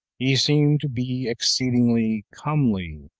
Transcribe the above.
he seemed to be exceedingly comely,